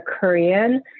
Korean